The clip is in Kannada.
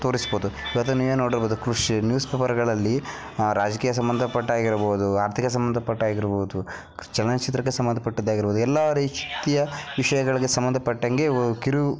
ತೋರಿಸ್ಬೋದು ನೀವೇ ನೋಡಿರ್ಬೋದು ಕೃಷಿ ನ್ಯೂಸ್ಪೇಪರ್ಗಳಲ್ಲಿ ರಾಜಕೀಯ ಸಂಬಂಧಪಟ್ಟ ಆಗಿರ್ಬೋದು ಆರ್ಥಿಕ ಸಂಬಂಧಪಟ್ಟ ಆಗಿರ್ಬೋದು ಚಲನಚಿತ್ರಕ್ಕೆ ಸಂಬಂಧಪಟ್ಟಿದ್ದೇ ಆಗಿರ್ಬೋದು ಎಲ್ಲ ರೀತಿಯ ವಿಷಯಗಳಿಗೆ ಸಂಬಂಧಪಟ್ಟಂಗೆ ಒ ಕಿರು